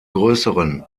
größeren